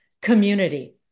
community